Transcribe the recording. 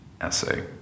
essay